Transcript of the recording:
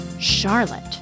Charlotte